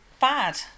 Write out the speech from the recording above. bad